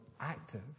active